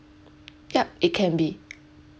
yup it can be